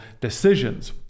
decisions